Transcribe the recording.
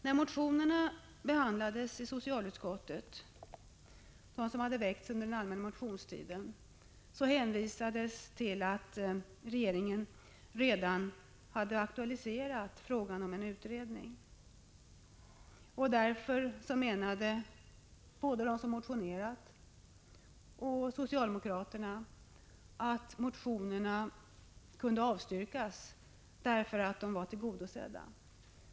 När de motioner som väcktes under den allmänna motionstiden behandlades i socialutskottet hänvisades det till att regeringen hade aktualiserat frågan om en utredning. Både motionärerna och socialdemokraterna menade därför att motionerna kunde avstyrkas, eftersom de därmed var tillgodosedda.